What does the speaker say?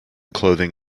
clothing